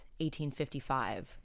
1855